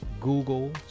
Google